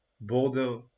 border